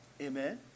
Amen